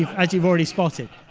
as you've already spotted.